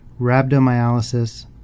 rhabdomyolysis